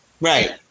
Right